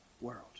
world